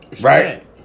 Right